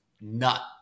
nut